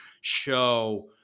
show